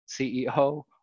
CEO